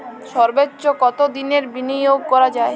সর্বোচ্চ কতোদিনের বিনিয়োগ করা যায়?